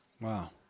Wow